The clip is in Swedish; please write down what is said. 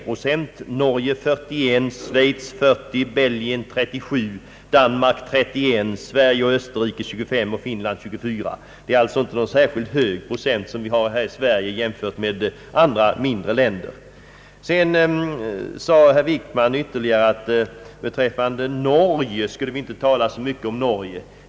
den ekonomiska politiken, m.m. Norge 41, Schweiz 40, Belgien 37, Danmark 31, Sverige och Österrike 25 samt Finland 24. Procentsiffran för Sveriges del är alltså inte särskilt hög jämförd med andra mindre länder. Statsrådet Wickman sade ytterligare, att vi inte skulle tala så mycket om Norge.